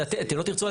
אתם לא תרצו,